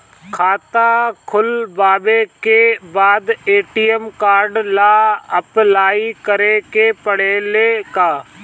खाता खोलबाबे के बाद ए.टी.एम कार्ड ला अपलाई करे के पड़ेले का?